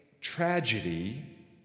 tragedy